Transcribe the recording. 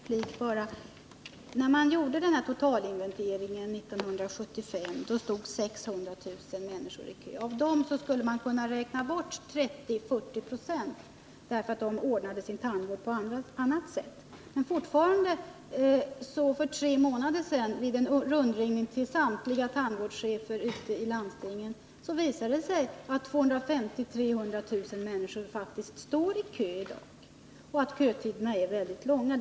Herr talman! En sista replik bara. När den här totalinventeringen gjordes 1975 stod 600 000 människor i kö. Av dem skulle man kunna räkna bort 30-40 90 därför att de ordnade sin tandvård på annat sätt. Men vid en rundringning till samtliga tandvårdschefer ute i landstingen för tre månader sedan visade det sig att 250 000-300 000 människor faktiskt stod i kö och att kötiderna är väldigt långa.